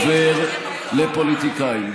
שקל אחד לא עובר לפוליטיקאים.